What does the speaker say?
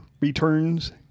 returns